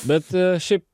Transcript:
bet a šiaip